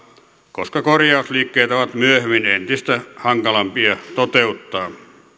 koska korjausliikkeet ovat myöhemmin entistä hankalampia toteuttaa